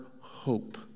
hope